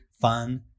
fun